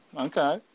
okay